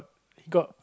got